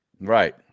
Right